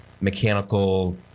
mechanical